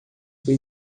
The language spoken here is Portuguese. foi